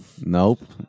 nope